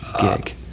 gig